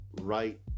right